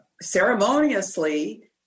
ceremoniously